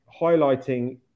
highlighting